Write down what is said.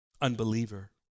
Unbeliever